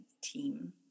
team